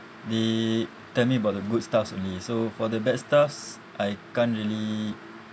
they tell me about the good stuffs only so for the bad stuffs I can't really